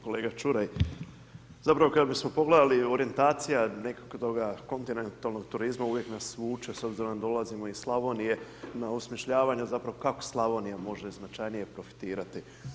Kolega Čuraj, zapravo kad bismo pogledali, orijentacija, nekako toga kontinentalnog turizma uvijek nas vuče, s obzirom da dolazimo iz Slavonije, na osmišljavanje zapravo kako Slavonija može značajnije profitirati.